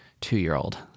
two-year-old